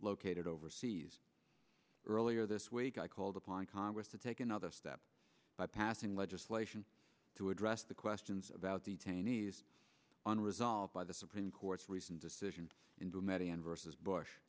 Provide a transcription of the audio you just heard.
located overseas earlier this week i called upon congress to take another step by passing legislation to address the questions about the cheney's unresolved by the supreme court's recent decision into a matter and versus bush